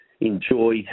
enjoy